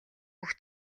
бүх